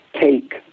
take